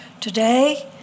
Today